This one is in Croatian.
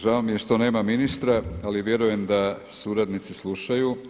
Žao mi je što nema ministra ali vjerujem da suradnici slušaju.